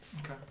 Okay